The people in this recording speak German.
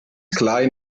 klein